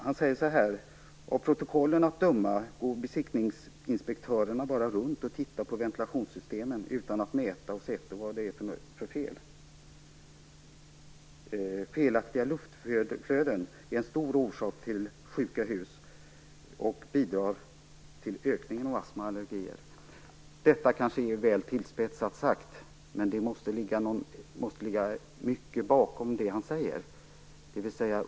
"Av protokollen att döma går besiktningsinspektörerna bara runt och tittar på ventilationssystemen utan att mäta och se efter om något är fel." Han säger vidare: "Felaktiga luftflöden är en stor orsak till 'sjuka hus' och bidrar till ökning av astma och allergier." Detta är kanske väl tillspetsat sagt, men det måste ligga något bakom det som Folke Peterson säger.